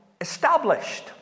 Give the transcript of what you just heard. established